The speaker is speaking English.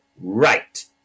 Right